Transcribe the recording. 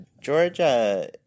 Georgia